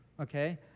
okay